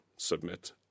Submit